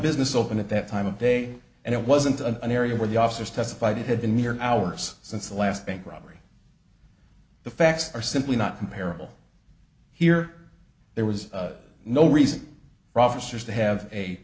business open at that time of day and it wasn't a an area where the officers testified it had been mere hours since the last bank robbery the facts are simply not comparable here there was no reason for officers to have a